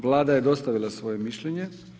Vlada je dostavila svoje mišljenje.